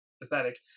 pathetic